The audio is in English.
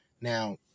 now